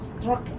struck